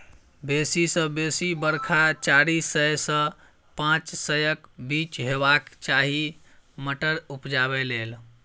बेसी सँ बेसी बरखा चारि सय सँ पाँच सयक बीच हेबाक चाही मटर उपजाबै लेल